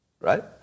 right